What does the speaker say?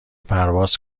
پرواز